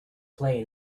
play